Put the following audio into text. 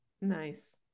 Nice